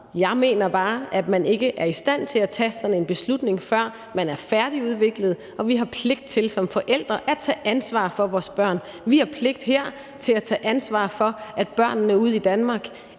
Jeg mener bare, at man ikke er i stand til at tage sådan en beslutning, før man er færdigudviklet, og vi har pligt til som forældre at tage ansvar for vores børn. Vi har pligt her til at tage ansvar for, at børnene ude i Danmark